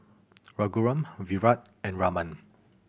Raghuram Virat and Raman